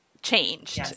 changed